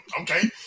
okay